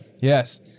Yes